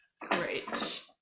Great